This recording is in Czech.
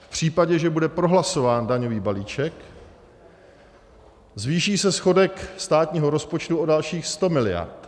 V případě, že bude prohlasován daňový balíček, zvýší se schodek státního rozpočtu o dalších 100 mld.